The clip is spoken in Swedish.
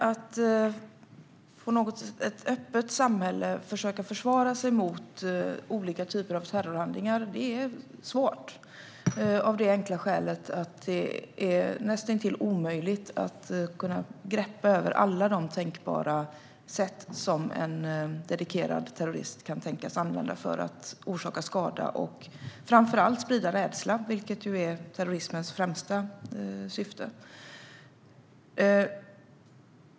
Att i ett öppet samhälle försöka försvara sig mot olika typer av terrorhandlingar är svårt, av det enkla skälet att det är näst intill omöjligt att greppa alla tänkbara sätt som en dedikerad terrorist kan tänkas använda för att orsaka skada och framför allt sprida rädsla, vilket är terrorismens främsta syfte.